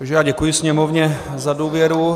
Já děkuji Sněmovně za důvěru.